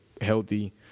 healthy